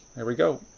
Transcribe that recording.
there we go.